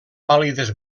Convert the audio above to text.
pàl·lides